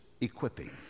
equipping